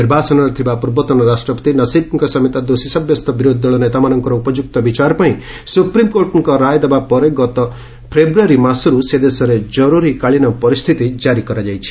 ନିର୍ବାସନରେ ଥିବା ପୂର୍ବତନ ରାଷ୍ଟ୍ରପତି ନସୀବ୍ଙ୍କ ସମେତ ଦୋଷୀ ସାବ୍ୟସ୍ତ ବିରୋଧି ଦଳ ନେତାମାନଙ୍କର ଉପଯୁକ୍ତ ବିଚାର ପାଇଁ ସୁପ୍ରିମ୍କୋର୍ଟ ରୟ ଦେବାପରେ ଗତ ଫେବୃୟାରୀ ମାସର୍ ସେ ଦେଶରେ କର୍ରରୀକାଳୀନ ପରିସ୍ଥିତି କାରି କରାଯାଇଛି